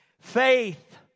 Faith